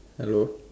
hello